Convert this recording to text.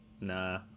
nah